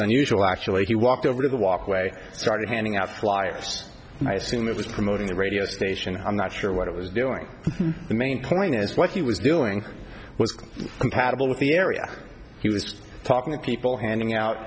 unusual actually he walked over to the walkway started handing out flyers and i assume it was promoting the radio station i'm not sure what it was doing the main point is what he was doing was compatible with the area he was talking to people handing out